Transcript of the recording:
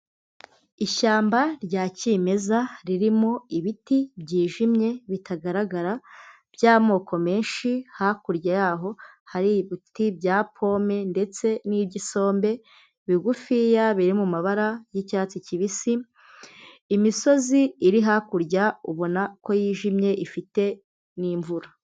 Ishyamba rya kimeza ririmo ibiti byijimye bitagaragara by'amoko menshi, hakurya yaho hari ibiti bya pome ndetse n'iby'isombe bigufiya biri mu mabara y'icyatsi kibisi, imisozi iri hakurya ubona ko yijimye ifite n'imvura.